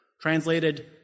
translated